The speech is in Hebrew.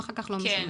ואחר כך לא משלמים.